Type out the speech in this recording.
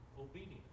obedience